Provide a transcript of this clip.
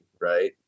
right